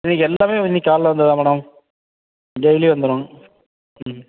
இன்னைக்கி எல்லாமே இன்னைக்கி காலையில் வந்தது தான் மேடம் டெய்லி வந்துடும் ம்